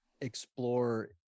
explore